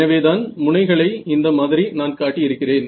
எனவேதான் முனைகளை இந்த மாதிரி நான் காட்டி இருக்கிறேன்